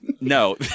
No